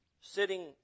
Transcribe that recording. sitting